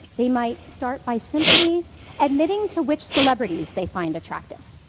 they might start by simply admitting to which celebrities they find attractive.